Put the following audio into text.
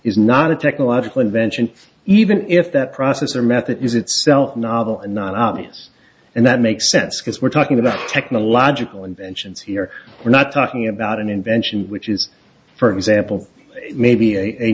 is not a technological invention even if that process or method is itself novel and not obvious and that makes sense because we're talking about technological inventions here we're not talking about an invention which is for example maybe a